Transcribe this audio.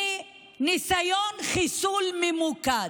מניסיון חיסול ממוקד.